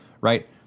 Right